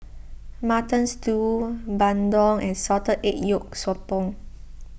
Mutton Stew Bandung and Salted Egg Yolk Sotong